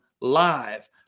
live